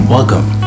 Welcome